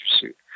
suit